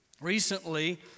Recently